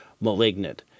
malignant